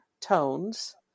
tones